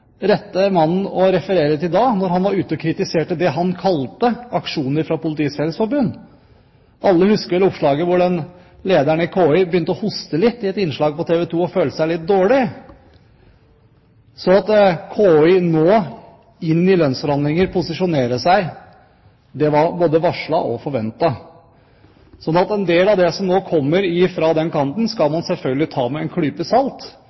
rette mannen å referere til da, når han var ute og kritiserte det han kalte aksjoner fra Politiets Fellesforbund? Alle husker vel at lederen i KY begynte å hoste litt i et innslag på TV 2 og følte seg litt dårlig. Så at KY nå, inn i lønnsforhandlingene, posisjonerer seg, det var både varslet og forventet. En del av det som nå kommer fra den kanten, skal man selvfølgelig ta med en klype salt